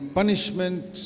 punishment